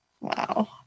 Wow